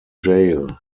jail